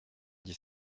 dix